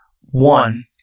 One